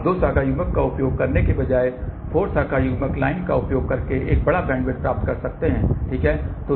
अब दो शाखा युग्मक का उपयोग करने के बजाय 4 शाखा लाइन युग्मक का उपयोग करके एक बड़ा बैंडविड्थ प्राप्त कर सकते हैं ठीक है